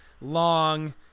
Long